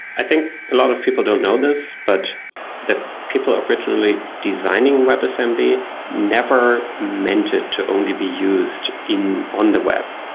i think a lot of people don't know this, but the people originally designing webassembly never meant it to only be used on the web,